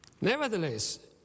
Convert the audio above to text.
Nevertheless